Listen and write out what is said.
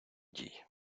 дій